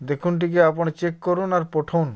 ଦେଖନ୍ ଟିକେ ଆପଣ ଚେକ୍ କରୁନ୍ ଆର୍ ପଠଉନ୍